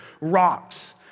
rocks